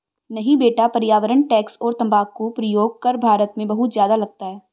नहीं बेटा पर्यावरण टैक्स और तंबाकू प्रयोग कर भारत में बहुत ज्यादा लगता है